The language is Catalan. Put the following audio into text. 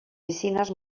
piscines